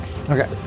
Okay